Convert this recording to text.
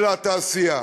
אלא התעשייה.